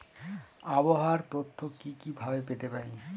আবহাওয়ার তথ্য কি কি ভাবে পেতে পারি?